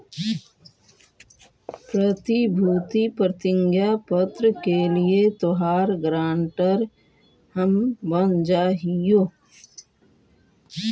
प्रतिभूति प्रतिज्ञा पत्र के लिए तोहार गारंटर हम बन जा हियो